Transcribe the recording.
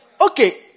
Okay